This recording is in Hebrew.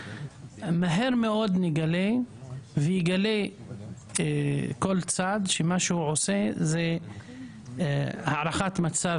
מהר מאוד נגלה ויגלה כל צד שמה שהוא עושה זה הערכת מצב